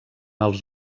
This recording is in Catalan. els